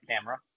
camera